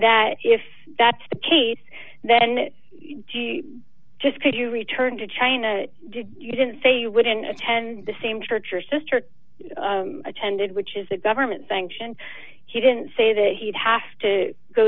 that if that's the case then just could you return to china you didn't say you wouldn't attend the same church or sister attended which is a government sanctioned he didn't say that he'd have to go